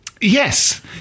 Yes